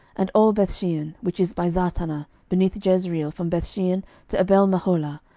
and all bethshean, which is by zartanah beneath jezreel, from bethshean to abelmeholah,